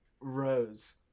rose